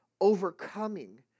overcoming